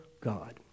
God